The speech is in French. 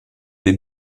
des